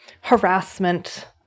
harassment